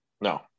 No